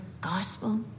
gospel